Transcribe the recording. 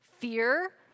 fear